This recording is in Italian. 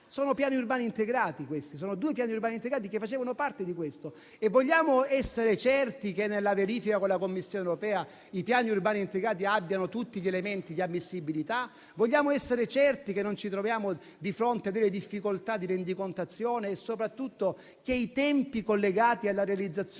sono due piani urbani integrati che facevano parte di questo progetto: vogliamo essere certi che nella verifica con la Commissione europea i piani urbani integrati abbiano tutti gli elementi di ammissibilità? Vogliamo essere certi che non ci troviamo di fronte a delle difficoltà di rendicontazione e, soprattutto, che i tempi collegati alla realizzazione